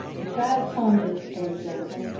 the child's home is, for example,